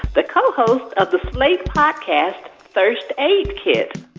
the co-hosts of the slate podcast thirst aid kit.